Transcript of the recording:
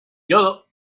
yodo